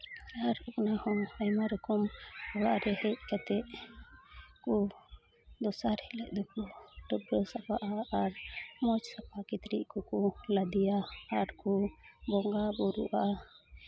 ᱟᱨ ᱚᱱᱟᱦᱚᱸ ᱟᱭᱢᱟ ᱨᱚᱠᱚᱢ ᱚᱲᱟᱜ ᱨᱮ ᱦᱮᱡ ᱠᱟᱛᱮᱫ ᱠᱚ ᱫᱚᱥᱟᱨ ᱦᱤᱞᱳᱜ ᱫᱚᱠᱚ ᱰᱟᱹᱵᱽᱨᱟᱹ ᱥᱟᱯᱷᱟᱜᱼᱟ ᱟᱨ ᱢᱚᱡᱽ ᱥᱟᱯᱷᱟ ᱠᱤᱪᱨᱤᱡᱽ ᱠᱚᱠᱚ ᱞᱟᱫᱮᱭᱟ ᱟᱨᱠᱚ ᱵᱚᱸᱜᱟᱼᱵᱩᱨᱩᱜᱼᱟ